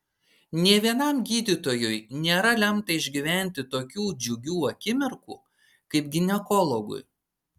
nė vienam gydytojui nėra lemta išgyventi tokių džiugių akimirkų kaip ginekologui